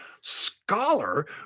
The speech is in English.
scholar